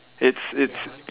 it's it's